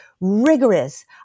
rigorous